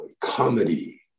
comedy